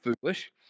foolish